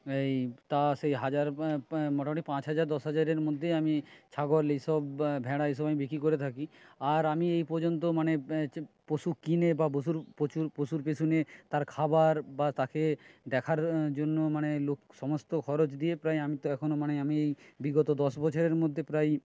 এই তা সেই হাজার মোটামুটি পাঁচ হাজার দশ হাজারের মধ্যেই আমি ছাগল এই সব ভেড়া এসব আমি বিক্রি করে থাকি আর আমি এই পর্যন্ত মানে পশু কিনে বা পশুর প্রচুর পশুর পিছনে তার খাবার বা তাকে দেখার জন্য মানে লোক সমস্ত খরচ দিয়ে প্রায় আমি তো এখনো মানে আমি বিগত দশ বছরের মধ্যে প্রায়